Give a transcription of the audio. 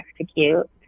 execute